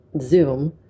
Zoom